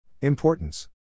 Importance